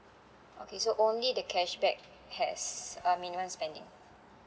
okay so only the cashback has a minimum spending